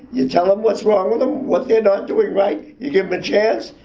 you tell em what's wrong with em, what they're not doing right, you give em a chance,